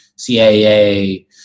CAA